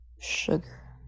sugar